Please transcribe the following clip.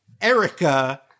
Erica